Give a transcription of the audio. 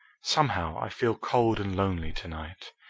somehow, i feel cold and lonely to-night.